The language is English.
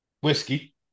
whiskey